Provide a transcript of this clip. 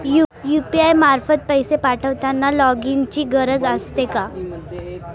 UPI मार्फत पैसे पाठवताना लॉगइनची गरज असते का?